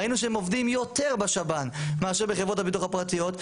ראינו שהם עובדים יותר בשב"ן מאשר בחברות הביטוח הפרטיות,